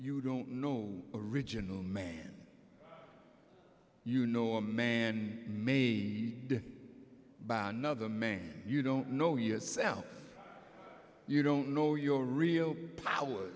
you don't know original man you know a man made by another man you don't know yourself you don't know your real power